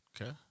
Okay